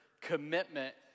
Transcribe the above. commitment